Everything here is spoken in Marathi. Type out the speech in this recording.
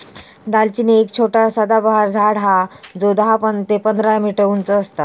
दालचिनी एक छोटा सदाबहार झाड हा जो दहा ते पंधरा मीटर उंच असता